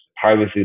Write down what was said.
privacy